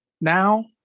now